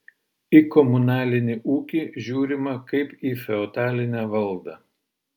į komunalinį ūkį žiūrima kaip į feodalinę valdą